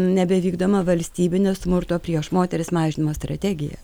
nebevykdoma valstybinė smurto prieš moteris mažinimo strategija